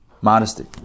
Modesty